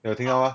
你有听到吗